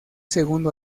segundo